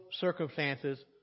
circumstances